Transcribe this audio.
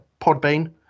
Podbean